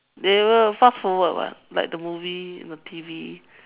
they will fast forward [what] like the movie in the T_V